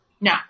No